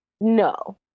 No